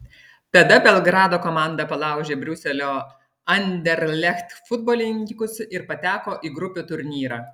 tada belgrado komanda palaužė briuselio anderlecht futbolininkus ir pateko į grupių turnyrą